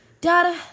Dada